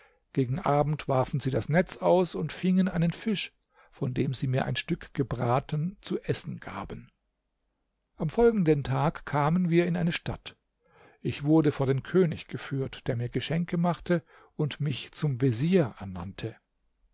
gegen abend warfen sie das netz aus und fingen einen fisch von dem sie mir ein stück gebraten zu essen gaben am folgenden tag kamen wir in eine stadt ich wurde vor den könig geführt der mir geschenke machte und mich zum vezier ernannte